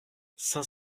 cinq